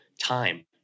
time